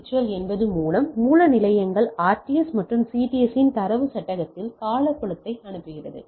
virtual என்பது மூல நிலையங்கள் RTS மற்றும் CTS இன் தரவு சட்டகத்தில் கால புலத்தை அனுப்புகிறது